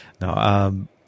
No